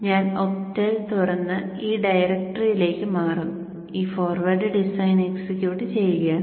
ഞാൻ ഒക്ടൽ തുറന്ന് ഈ ഡയറക്ടറിയിലേക്ക് മാറും ഈ ഫോർവേഡ് ഡിസൈൻ എക്സിക്യൂട്ട് ചെയ്യുകയാണ്